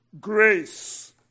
grace